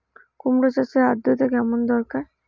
কুমড়ো চাষের আর্দ্রতা কেমন দরকার?